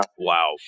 Wow